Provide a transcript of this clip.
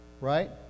right